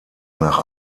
nach